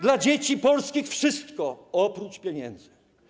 Dla dzieci polskich wszystko, oprócz pieniędzy.